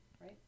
right